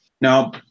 Now